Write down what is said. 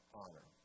honor